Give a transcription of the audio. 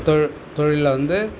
தொழிலில் வந்து